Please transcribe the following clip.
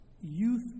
youth